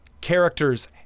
character's